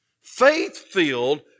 faith-filled